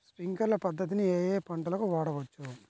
Sprinkler పద్ధతిని ఏ ఏ పంటలకు వాడవచ్చు?